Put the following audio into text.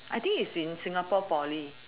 I think is in Singapore poly